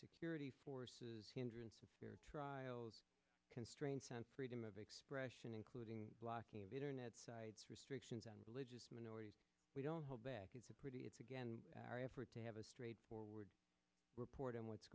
security forces hindrances trials constraints on freedom of expression including blocking of internet restrictions on religious minorities we don't hold back it's a pretty it's again our effort to have a straightforward report on what's